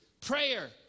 prayer